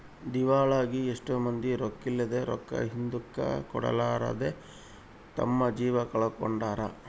ದಿವಾಳಾಗಿ ಎಷ್ಟೊ ಮಂದಿ ರೊಕ್ಕಿದ್ಲೆ, ರೊಕ್ಕ ಹಿಂದುಕ ಕೊಡರ್ಲಾದೆ ತಮ್ಮ ಜೀವ ಕಳಕೊಂಡಾರ